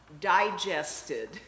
digested